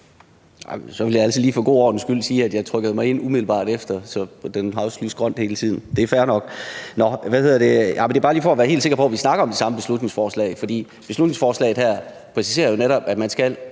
Så vil jeg altså bare lige for god ordens skyld sige, at jeg trykkede mig ind umiddelbart efter, og den har også lyst grønt hele tiden – det er fair nok. Men det er bare lige for at være helt sikker på, at vi snakker om det samme beslutningsforslag, for beslutningsforslaget her præciserer jo netop, at man skal